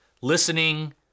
listening